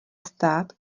stát